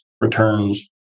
returns